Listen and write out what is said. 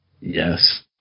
Yes